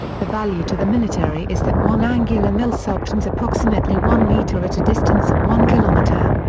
the value to the military is that one angular mil subtends approximately one metre at a distance of one kilometer.